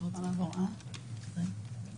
כאן את